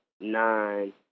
Nine